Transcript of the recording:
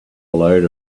load